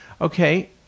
Okay